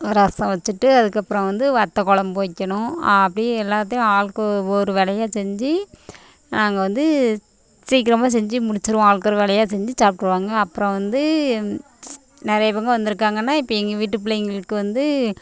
ரசம் வச்சுட்டு அதுக்கப்புறம் வந்து வத்தக்கொழம்பு வைக்கணும் அப்படியே எல்லாத்தையும் ஆளுக்கு ஒவ்வொரு வேலையாக செஞ்சு நாங்கள் வந்து சீக்கிரமாக செஞ்சு முடிச்சுருவோம் ஆளுக்கொரு வேலையாக செஞ்சு சாப்பிட்ருவாங்க அப்புறம் வந்து நிறைய இவங்க வந்திருக்காங்கனா இப்போ எங்கள் வீட்டு பிள்ளைங்களுக்கு வந்து